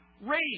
race